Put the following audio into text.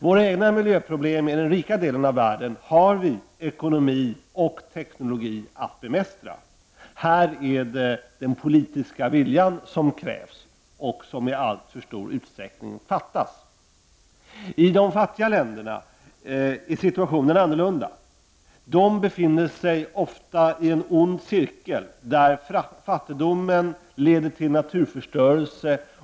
Våra egna miljöproblem, i den rika delen av världen, har vi ekonomi och teknologi för att bemästra. Här är det den politiska viljan som krävs men som i alltför stor utsträckning saknas. I de fattiga länderna är situationen annorlunda. De befinner sig ofta i en ond cirkel, där fattigdomen leder till naturförstörelse.